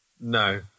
No